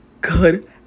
good